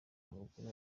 abagore